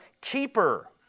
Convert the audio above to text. keeper